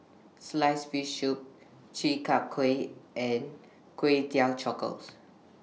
Sliced Fish Soup Chi Kak Kuih and Kway Teow